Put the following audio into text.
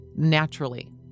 Naturally